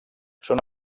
són